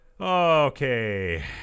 Okay